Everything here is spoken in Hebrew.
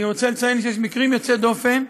אני רוצה לציין שיש מקרים יוצאי דופן,